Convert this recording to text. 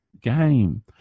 game